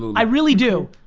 i really do.